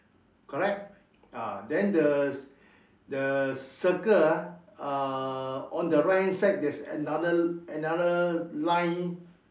correct ah then the the circle ah uh on the right hand side there's another another line